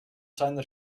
seiner